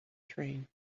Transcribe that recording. train